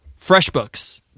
FreshBooks